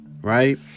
right